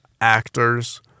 actors